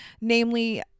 namely